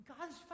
God's